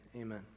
amen